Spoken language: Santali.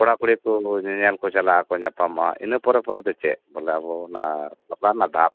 ᱠᱚᱲᱟ ᱠᱩᱲᱤ ᱠᱚ ᱧᱮ ᱧᱮᱞ ᱠᱚ ᱪᱟᱞᱟᱜᱼᱟ ᱧᱟᱯᱟᱢᱚᱜᱼᱟ ᱤᱱᱟᱹ ᱯᱚᱨᱮ ᱯᱚᱨᱮ ᱫᱚ ᱪᱮᱫ ᱵᱚᱞᱮ ᱟᱵᱚ ᱚᱱᱟ ᱵᱟᱯᱞᱟ ᱨᱮᱱᱟᱜ ᱫᱷᱟᱯ